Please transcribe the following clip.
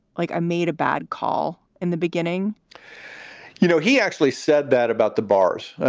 like i made a bad call in the beginning you know, he actually said that about the bars.